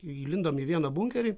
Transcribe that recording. įlindom į vieną bunkerį